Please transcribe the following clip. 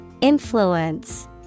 Influence